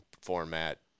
format